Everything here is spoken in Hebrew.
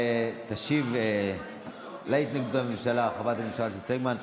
תשיב על התנגדות הממשלה חברת הכנסת מיכל שיר סגמן.